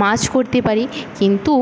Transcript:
মাছ করতে পারি কিন্তু